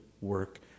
work